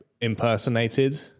impersonated